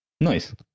Nice